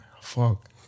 fuck